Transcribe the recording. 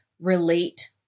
relate